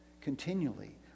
continually